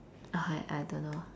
uh I I don't know